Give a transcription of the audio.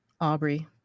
Aubrey